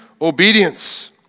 obedience